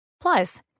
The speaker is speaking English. Plus